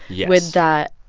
yeah with that,